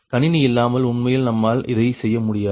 கணினி இல்லாமல் உண்மையில் நம்மால் இதை செய்ய முடியாது